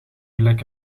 vlek